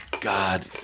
God